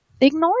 ignore